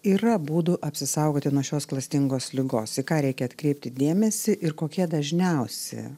yra būdų apsisaugoti nuo šios klastingos ligos į ką reikia atkreipti dėmesį ir kokie dažniausi